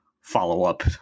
follow-up